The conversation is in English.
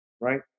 right